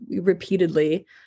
repeatedly